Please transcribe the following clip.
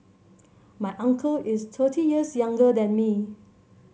my uncle is thirty years younger than me